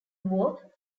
war